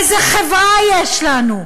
איזו חברה יש לנו?